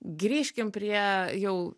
grįžkim prie jau